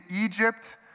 Egypt